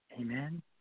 Amen